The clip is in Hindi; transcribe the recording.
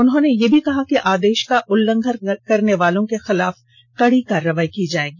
उन्होंने यह भी कहा कि आदेष का उल्लंघन करने वालों के खिलाफ कड़ी कार्रवाई की जायेगी